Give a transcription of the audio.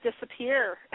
disappear